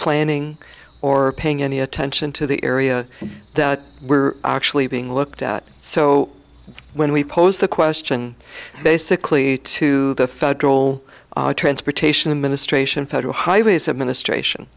planning or paying any attention to the area that were actually being looked at so when we posed the question basically to the federal transportation ministration federal highways administration